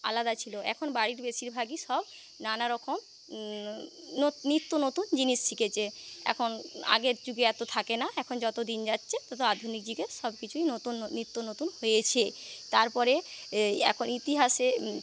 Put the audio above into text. আলাদা ছিল এখন বাড়ির বেশির ভাগেই সব নানা রকম ন নিত্য নতুন জিনিস শিখেছে এখন আগের যুগে এতো থাকে না এখন যতদিন যাচ্ছে তত আধুনিক যুগে সব কিছুই নতুন নিত্য নতুন হয়েছে তারপরে এখন ইতিহাসে